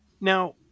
Now